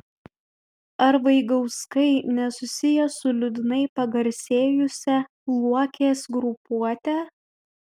ar vaigauskai nesusiję su liūdnai pagarsėjusia luokės grupuote